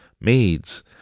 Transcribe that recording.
maids